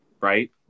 right